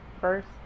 first